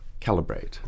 Calibrate